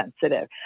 sensitive